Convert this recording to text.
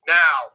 now